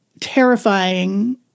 terrifying